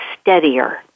steadier